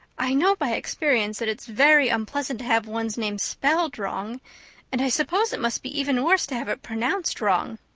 i know by experience that it's very unpleasant to have one's name spelled wrong and i suppose it must be even worse to have it pronounced wrong.